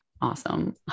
Awesome